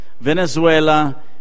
Venezuela